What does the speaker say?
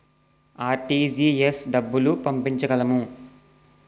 RTGS డబ్బులు పంపించగలము?